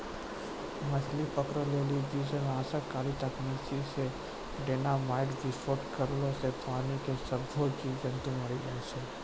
मछली पकड़ै लेली विनाशकारी तकनीकी से डेनामाईट विस्फोट करला से पानी रो सभ्भे जीब जन्तु मरी जाय छै